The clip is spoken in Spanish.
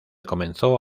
comenzó